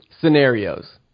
scenarios